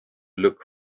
look